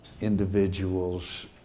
individuals